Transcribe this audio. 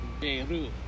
Beirut